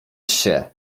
się